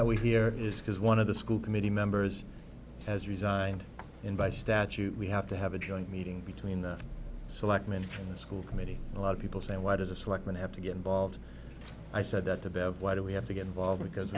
that we here is because one of the school committee members has resigned in by statute we have to have a joint meeting between the selectmen from the school committee a lot of people saying what is a selectman have to get involved i said that to bev why do we have to get involved because